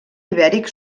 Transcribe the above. ibèric